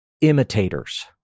imitators